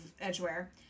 edgeware